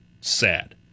sad